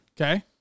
Okay